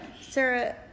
Sarah